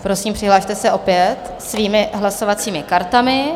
Prosím, přihlaste se opět svými hlasovacími kartami.